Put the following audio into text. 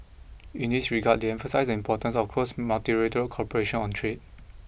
in this regard they emphasised the importance of close multilateral cooperation on trade